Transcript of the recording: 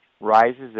rises